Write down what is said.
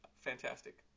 Fantastic